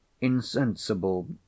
insensible